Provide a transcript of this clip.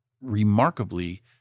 remarkably